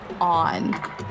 on